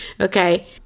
okay